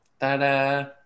Ta-da